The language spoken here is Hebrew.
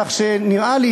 כך שנראה לי,